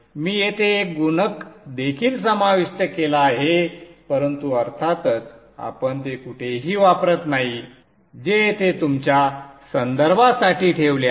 मी येथे एक गुणक देखील समाविष्ट केला आहे परंतु अर्थातच आपण ते कुठेही वापरत नाही जे येथे तुमच्या संदर्भासाठी ठेवले आहे